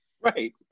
Right